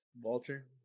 Walter